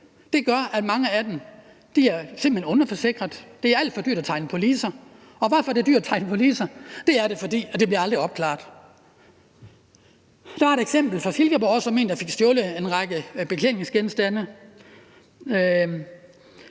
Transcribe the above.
gør, at mange af dem simpelt hen er underforsikret. Det er alt for dyrt at tegne policer, og hvorfor er det dyrt at tegne policer? Det er det, fordi det aldrig bliver opklaret. Der er også et eksempel fra Silkeborg med en, der fik stjålet en række beklædningsgenstande,